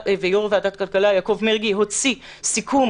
יושב-ראש ועדת הכלכלה יעקב מרגי הוציא סיכום,